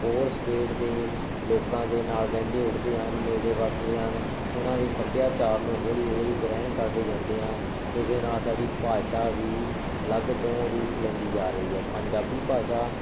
ਹੋਰ ਸਟੇਟ ਦੇ ਲੋਕਾਂ ਦੇ ਨਾਲ ਬਹਿੰਦੇ ਉੱਠਦੇ ਹਨ ਮਿਲਦੇ ਵਰਤਦੇ ਹਨ ਉਹਨਾਂ ਦੀ ਸੱਭਿਆਚਾਰ ਨੂੰ ਹੌਲੀ ਹੌਲੀ ਗ੍ਰਹਿਣ ਕਰਦੇ ਜਾਂਦੇ ਹਾਂ ਉਸਦੇ ਨਾਲ ਸਾਡੀ ਭਾਸ਼ਾ ਵੀ ਅਲੱਗ ਤੋਂ ਰੂਪ ਲੈਂਦੀ ਜਾ ਰਹੀ ਹੈ ਪੰਜਾਬੀ ਭਾਸ਼ਾ